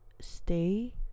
stay